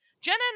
Jenna